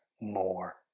more